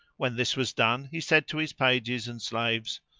when this was done he said to his pages and slaves,